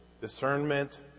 discernment